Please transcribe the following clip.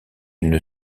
une